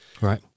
Right